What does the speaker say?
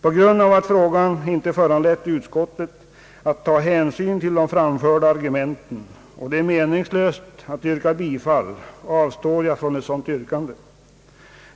På grund av att utskottet inte funnit anledning ta hänsyn till de framförda argumenten och det är meningslöst att yrka bifall till mitt motionsyrkande avstår jag från ett sådant yrkande.